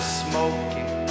smoking